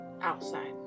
Outside